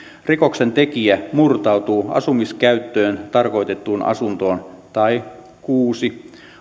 rikoksentekijä murtautuu asumiskäyttöön tarkoitettuun asuntoon tai kuusi